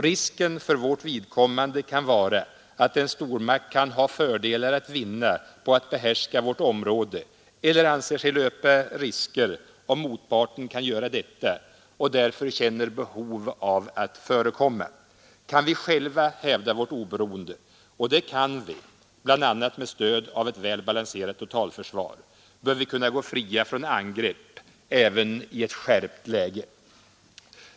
Risken för vårt vidkommande kan vara att en stormakt kan ha fördelar att vinna på att behärska vårt område eller anse sig löpa risker om motparten kan göra detta och därför känna behov av att förekomma. Kan vi själva hävda vårt oberoende — och det kan vi bl.a. med stöd av ett väl balanserat totalförsvar — bör vi kunna gå fria från angrepp även i ett skärpt läge.